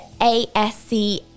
ASC